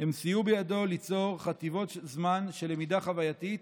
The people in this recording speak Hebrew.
הם סייעו בידו ליצור חטיבות זמן של למידה חווייתית,